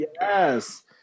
yes